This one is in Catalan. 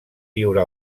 viure